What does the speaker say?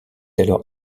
alors